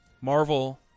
Marvel